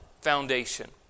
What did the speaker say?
foundation